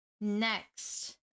Next